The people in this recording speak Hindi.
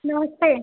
नमस्ते